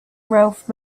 ralph